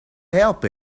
help